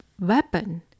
weapon